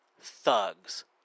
Thugs